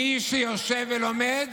מי שיושב ולומד